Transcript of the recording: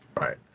Right